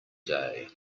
day